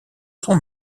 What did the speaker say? son